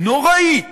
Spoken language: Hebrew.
נוראית